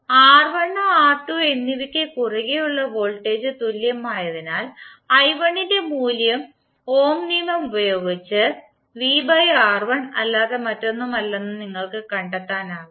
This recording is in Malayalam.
R1 R2 എന്നിവക്കു കുറുകെ ഉള്ള വോൾട്ടേജ് തുല്യമായതിനാൽ i1 ന്റെ മൂല്യം ഓം നിയമം ഉപയോഗിച്ച് അല്ലാതെ മറ്റൊന്നുമല്ലെന്ന് നിങ്ങൾക്ക് കണ്ടെത്താനാകും